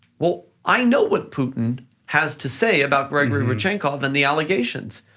well, i know what putin has to say about grigory rodchenkov and the allegations.